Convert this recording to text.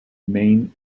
main